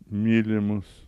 myli mus